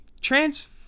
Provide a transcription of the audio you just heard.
trans